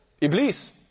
Iblis